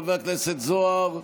חבר הכנסת זוהר.